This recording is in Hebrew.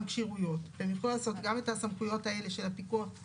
כשירויות והם יוכלו לעשות גם את הסמכויות האלה של הפיקוח,